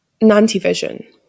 nantivision